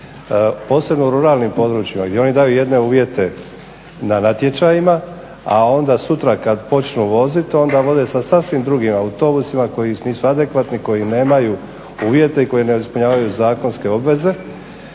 posebno u ruralnim područjima gdje oni daju jedne uvjete na natječajima a onda sutra kada počnu voziti onda voze sa sasvim drugim autobusima koji nisu adekvatni, koji nemaju uvjete i koji ne ispunjavaju zakonske obveze.